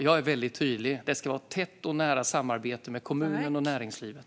Jag är väldigt tydlig: Det ska vara tätt och nära samarbete med kommunen och näringslivet.